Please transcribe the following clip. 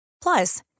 plus